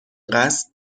قصد